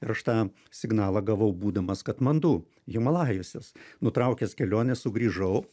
ir aš tą signalą gavau būdamas katmandu himalajuose nutraukęs kelionę sugrįžau